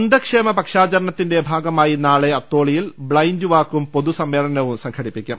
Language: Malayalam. അന്ധക്ഷേമ പക്ഷാചരണത്തിന്റെ ഭാഗമായി നാളെ അത്തോളിയിൽ ബ്ലൈൻഡ്വാക്കും പൊതുസമ്മേളനവും സംഘടിപ്പിക്കും